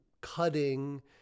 cutting